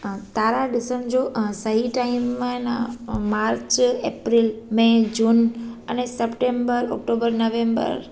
तारा ॾिसण जो सही टाइम आहिनि मार्च एप्रैल मे जून अने सप्टेम्बर ओक्टोबर नवेम्बर